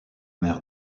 mer